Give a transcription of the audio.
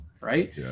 right